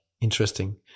interesting